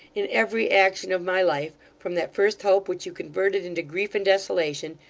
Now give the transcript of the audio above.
in every action of my life, from that first hope which you converted into grief and desolation,